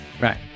right